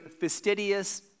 fastidious